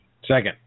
Second